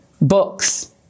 books